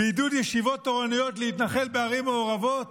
בעידוד ישיבות תורניות להתנחל בערים המעורבות?